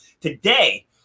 today